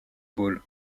ball